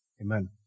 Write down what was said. Amen